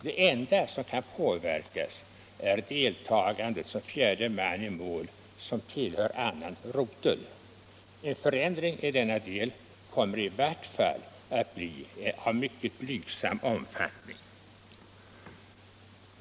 Det enda som kan påverkas är deltagandet som fjärde man i mål som tillhör annan rotel. En förändring i denna del kommer i vart fall att bli av mycket blygsam omfattning.